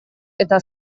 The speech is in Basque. eta